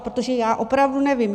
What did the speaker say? Protože já opravdu nevím.